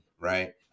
right